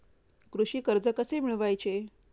कृषी कर्ज कसे मिळवायचे?